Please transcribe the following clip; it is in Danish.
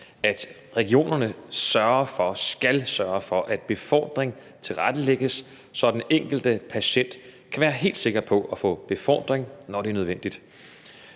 at regionerne sørger for, skal sørge for, at befordring tilrettelægges, så den enkelte patient kan være helt sikker på at få befordring, når det er nødvendigt.